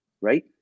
right